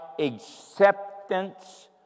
acceptance